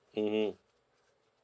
mmhmm